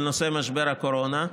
בנושא משבר הקורונה.